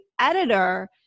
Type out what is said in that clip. editor